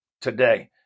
today